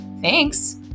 Thanks